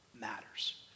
matters